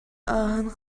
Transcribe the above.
ааһан